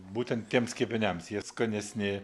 būtent tiems kepiniams jie skanesni